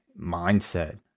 mindset